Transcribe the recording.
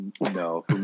no